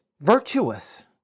virtuous